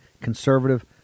conservative